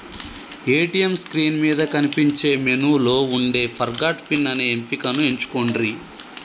ATM screen మీద కనిపించే మెనూలో వుండే ఫర్గాట్ పిన్ అనే ఎంపికను ఎంచుకొండ్రి